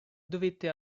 dovette